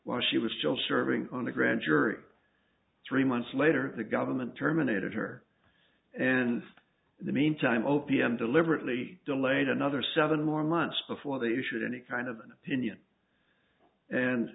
while she was still serving on the grand jury three months later the government terminated her and in the meantime o p m deliberately delayed another seven more months before they issued any kind of an opinion and